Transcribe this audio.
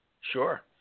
Sure